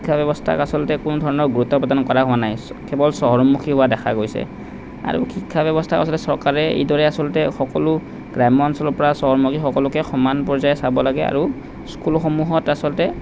শিক্ষা ব্যৱস্থাক আচলতে কোনো ধৰণৰ গুৰুত্ব প্ৰদান কৰা হোৱা নাই চ কেৱল চহৰমুখী হোৱা দেখা গৈছে আৰু শিক্ষা ব্যৱস্থাক আচলতে চৰকাৰে এইদৰে আচলতে সকলো গ্ৰাম্য অঞ্চলৰ পৰা চহৰমুখী সকলোকে সমান পৰ্য্যায়ত চাব লাগে আৰু স্কুলসমূহত আচলতে